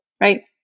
Right